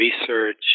research